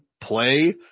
play